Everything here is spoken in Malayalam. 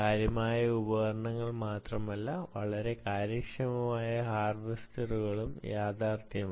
കാര്യക്ഷമമായ ഉപകരണങ്ങൾ മാത്രമല്ല വളരെ കാര്യക്ഷമമായ ഹാവെസ്റ്ററുക ളും യാഥാർത്ഥ്യമായി